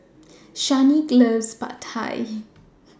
Shanequa loves Pad Thai